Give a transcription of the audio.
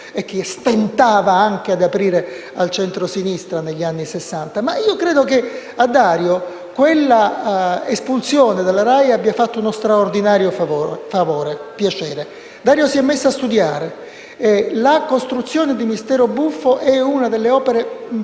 e che stentava ad aprire al centrosinistra negli anni Sessanta. Ora, credo che a Dario quella espulsione dalla RAI abbia fatto uno straordinario favore e piacere. Dario si è messo a studiare. «Mistero buffo» è una delle opere magnifiche